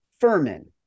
Furman